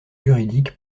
juridiques